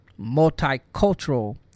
multicultural